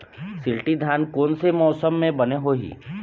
शिल्टी धान कोन से मौसम मे बने होही?